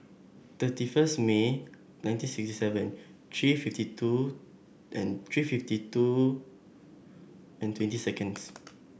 thirty first May nineteen sixty seven three fifty two and three fifty two and twenty seconds